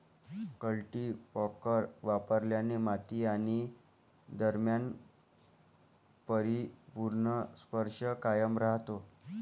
cultipacker वापरल्याने माती आणि दरम्यान परिपूर्ण स्पर्श कायम राहतो